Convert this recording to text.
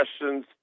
questions